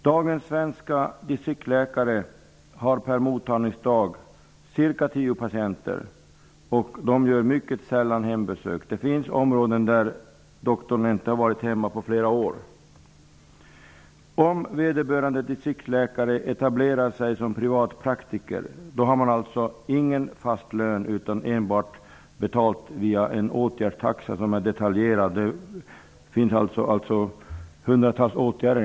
Dagens svenska distriktsläkare har per mottagningsdag cirka tio patienter och gör mycket sällan hembesök. Det finns områden där läkaren inte har gjort hembesök på flera år. Om vederbörande distriktsläkare etablerar sig som privatpraktiker, händer följande. Han får ingen fast lön utan ersättning enbart på grundval av en detaljerad åtgärdstaxa. I en sådan taxa redovisas hundratals åtgärder.